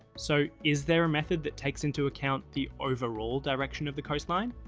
so is there a method that takes into account the overall direction of the coastline?